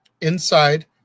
Inside